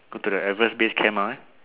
go to the Everest base camp alright